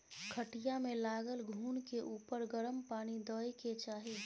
खटिया मे लागल घून के उपर गरम पानि दय के चाही